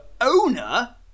owner